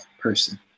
person